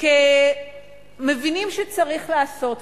כי מבינים שצריך לעשות משהו.